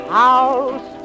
house